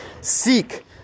seek